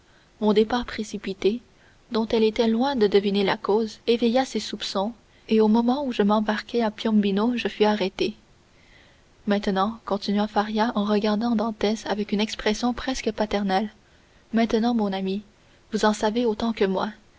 mon départ précipité dont elle était loin de deviner la cause éveilla ses soupçons et au moment où je m'embarquais à piombino je fus arrêté maintenant continua faria en regardant dantès avec une expression presque paternelle maintenant mon ami vous en savez autant que moi